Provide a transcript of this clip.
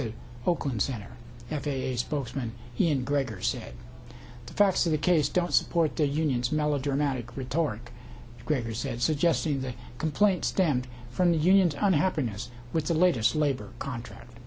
to oakland center f a a spokesman ian gregor said the facts of the case don't support the union's melodramatic retort gregory said suggesting the complaint stemmed from the unions on happiness with the latest labor contract